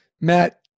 Matt